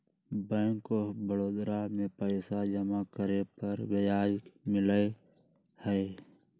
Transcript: bank of Baroda में पैसा जमा करे पर ब्याज मिला हई